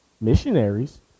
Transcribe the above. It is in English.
missionaries